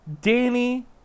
Danny